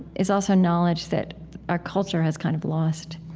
is also knowledge that our culture has kind of lost